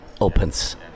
opens